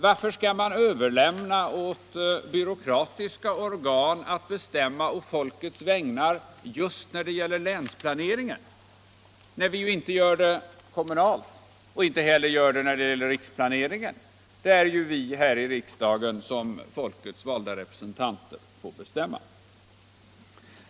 Varför skall man överlämna åt byråkratiska organ att be stämma på folkets vägnar just då det gäller länsplaneringen, när vi inte gör det kommunalt och inte heller i riksplaneringen där riksdagen som folkets valda representanter får bestämma?